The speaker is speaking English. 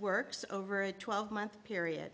works over a twelve month period